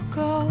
go